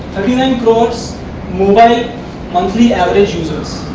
nine crores mobile monthly average users